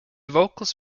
vocals